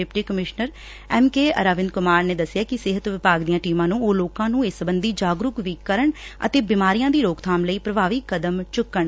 deputy commissioner MK Aravind Kumar ਨੇ ਦੱਸਿਐ ਕਿ ਸਿਹਤ ਵਿਭਾਗ ਦੀਆਂ ਟੀਮਾਂ ਨੂੰ ਉਹ ਲੋਕਾਂ ਨੂੰ ਇਸ ਸਬੰਧੀ ਜਾਗਰੁਕ ਵੀ ਕਰਨ ਅਤੇ ਬਿਮਾਰੀਆਂ ਦੀ ਰੋਕਬਾਮ ਲਈ ਪੁਭਾਵੀ ਕਦਮ ਚੁੱਕਣ